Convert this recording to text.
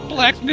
Black